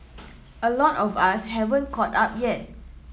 a lot of us haven't caught up yet